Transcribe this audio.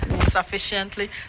sufficiently